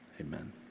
amen